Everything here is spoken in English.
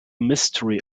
mystery